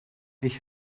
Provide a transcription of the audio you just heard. ich